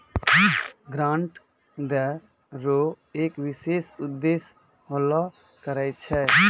grant दै रो एक विशेष उद्देश्य होलो करै छै